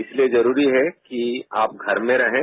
इसलिए जरूरी है कि आप घर में रहें